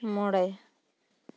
ᱢᱚᱬᱮ